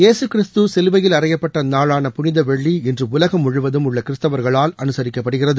ஏசு கிறிஸ்து சிலுவையில் அறையப்பட்ட நாளான புனித வெள்ளி இன்று உலகம் முழுவதும் உள்ள கிறிஸ்துவர்களால் அனுசரிக்கப்படுகிறது